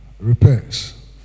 repairs